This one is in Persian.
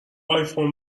آیفون